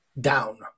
down